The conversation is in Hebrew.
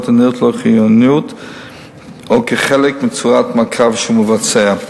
הנראות לו חיוניות או כחלק מצורת מעקב שהוא מבצע.